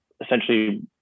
essentially